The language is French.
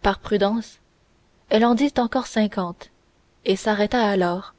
par prudence elle en dit encore cinquante et s'arrêta alors